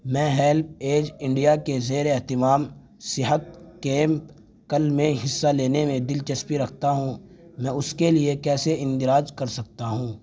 میں HelpAge India کے زیر اہتمام صحت کیمپ کل میں حصہ لینے میں دلچسپی رکھتا ہوں میں اس کے لیے کیسے اندراج کر سکتا ہوں